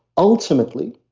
ultimately,